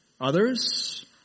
Others